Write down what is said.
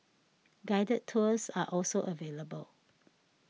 guided tours are also available